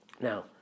Now